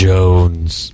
Jones